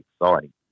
exciting